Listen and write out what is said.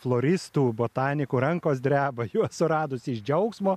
floristų botanikų rankos dreba juos suradus iš džiaugsmo